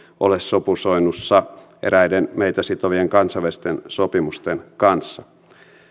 ole sopusoinnussa eräiden meitä sitovien kansainvälisten sopimusten kanssa